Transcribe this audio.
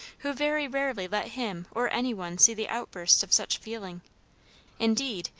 who very rarely let him or anyone see the outbursts of such feeling indeed,